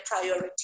priority